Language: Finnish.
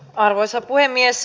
arvoisa puhemies